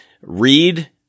read